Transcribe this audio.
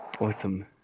Awesome